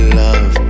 love